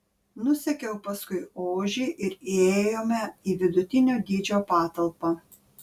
nusekiau paskui ožį ir įėjome į vidutinio dydžio patalpą